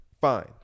Fine